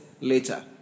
later